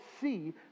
see